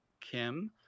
Kim